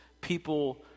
people